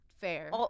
fair